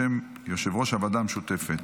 בשם יושב-ראש הוועדה המשותפת.